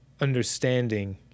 understanding